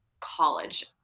college